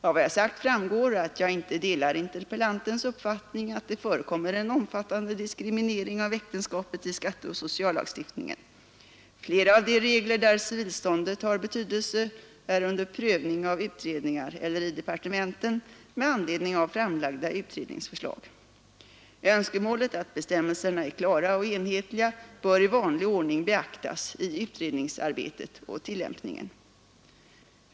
Av vad jag sagt framgår att jag inte delar interpellantens uppfattning att det förekommer en omfattande diskriminering av äktenskapet i skatteoch sociallagstiftningen. Flera av de regler där civilståndet har betydelse är under prövning av utredningar eller i departementen med anledning av framlagda utredningsförslag. Önskemålet att bestämmelserna är klara och enhetliga bör i vanlig ordning beaktas i utredningsarbetet och tillämpningen.